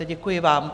Děkuji vám.